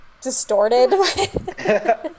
Distorted